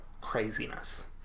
craziness